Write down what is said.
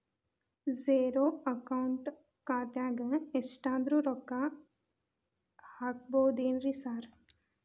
Zero account ಖಾತ್ಯಾಗ ಎಷ್ಟಾದ್ರೂ ರೊಕ್ಕ ಹಾಕ್ಬೋದೇನ್ರಿ ಸಾರ್?